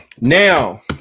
Now